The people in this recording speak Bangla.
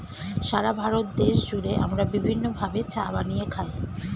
সারা ভারত দেশ জুড়ে আমরা বিভিন্ন ভাবে চা বানিয়ে খাই